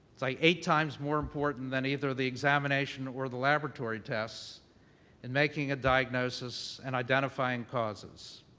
it's, like, eight times more important than either the examination or the laboratory tests in making a diagnosis and identifying causes.